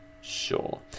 Sure